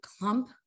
clump